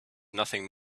nothing